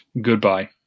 Goodbye